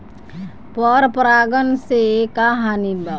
पर परागण से का हानि बा?